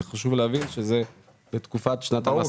זה חשוב להבין שזה בתקופת שנת המס הקודמת.